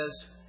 says